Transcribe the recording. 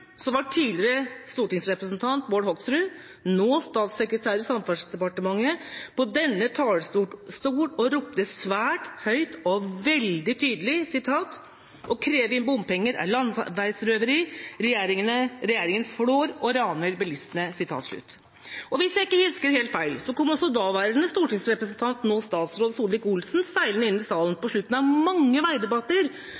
var tidligere stortingsrepresentant Bård Hoksrud, nå statssekretær i Samferdselsdepartementet, på denne talerstol og ropte svært høyt og veldig tydelig at å kreve inn bompenger er landeveisrøveri, og at regjeringen flår og raner bilistene. Og hvis jeg ikke husker helt feil, kom også daværende stortingsrepresentant, nå statsråd, Solvik-Olsen seilende inn i salen